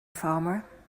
farmer